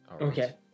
Okay